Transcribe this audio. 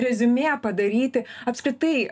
reziumė padaryti apskritai